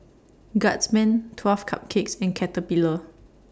Guardsman twelve Cupcakes and Caterpillar